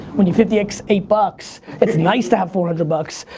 when you fifty x eight bucks, it's nice to have four and bucks.